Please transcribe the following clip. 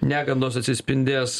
negandos atsispindės